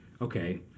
okay